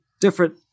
different